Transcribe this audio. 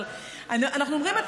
אנחנו אומרים,